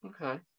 Okay